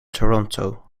toronto